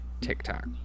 TikTok